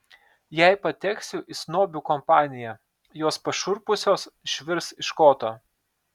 jei pateksiu į snobių kompaniją jos pašiurpusios išvirs iš koto